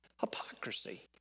Hypocrisy